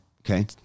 okay